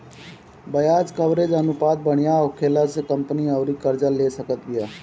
ब्याज कवरेज अनुपात बढ़िया होखला से कंपनी अउरी कर्जा ले सकत बिया